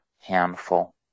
handful